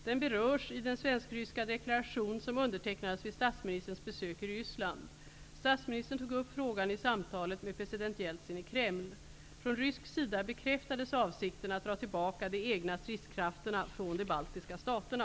Den berörs i den svenskryska deklaration som undertecknades vid statsministerns besök i Ryssland. Statsministern tog upp frågan i samtalet med president Jeltsin i Kreml. Från rysk sida bekräftades avsikten att dra tillbaka de egna stridskrafterna från de baltiska staterna.